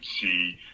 see